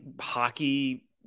hockey